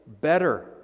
better